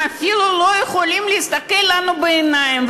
הם אפילו לא יכולים להסתכל לנו בעיניים,